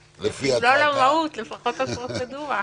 אם לא למהות לפחות לפרוצדורה.